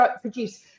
produce